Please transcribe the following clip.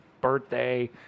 birthday